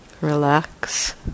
Relax